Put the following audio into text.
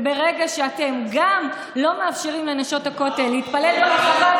וברגע שאתם גם לא מאפשרים לנשות הכותל להתפלל ברחבה,